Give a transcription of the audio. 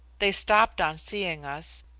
they stopped on seeing us,